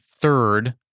third